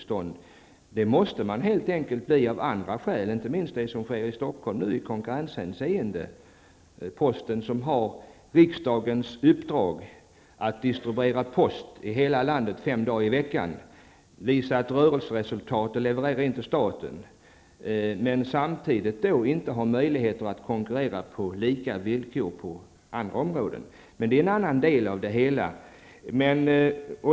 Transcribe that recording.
Så måste det helt enkelt bli av andra skäl, inte minst det som nu sker i Posten har riksdagens uppdrag att distribuera post i hela landet fem dagar i veckan, visa ett rörelseresultat och leverera in medel till staten. Men den har samtidigt inte möjlighet att konkurrera på lika villkor på andra områden. Det är en annan del av det hela.